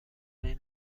این